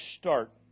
start